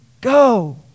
go